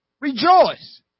Rejoice